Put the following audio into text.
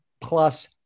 plus